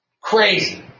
Crazy